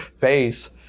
face